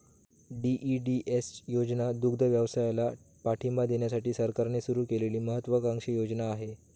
DEDS योजना ही दुग्धव्यवसायाला पाठिंबा देण्यासाठी सरकारने सुरू केलेली महत्त्वाकांक्षी योजना आहे